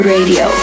Radio